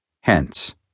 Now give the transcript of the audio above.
Hence